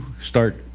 start